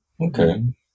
okay